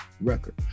record